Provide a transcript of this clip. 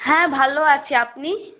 হ্যাঁ ভালো আছি আপনি